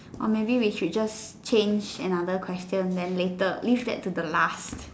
or maybe we should just change another question then later leave that to the last